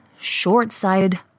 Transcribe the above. short-sighted